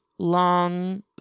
long